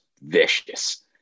vicious